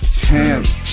chance